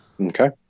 Okay